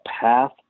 path